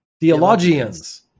Theologians